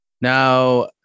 Now